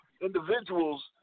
Individuals